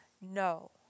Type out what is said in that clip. no